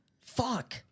Fuck